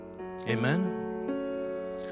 Amen